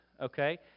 okay